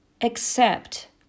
accept